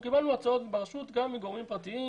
אנחנו קיבלנו הצעות ברשות גם מגורמים פרטיים